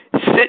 sit